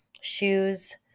shoes